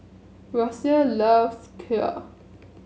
Rocio loves Kheer